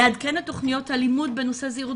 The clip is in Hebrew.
לעדכן את תוכניות הלימוד בנושא זהירות